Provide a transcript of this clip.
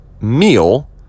meal